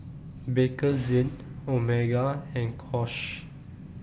Bakerzin Omega and